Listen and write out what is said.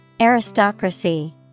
Aristocracy